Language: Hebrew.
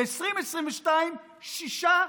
ב-2022, שישה.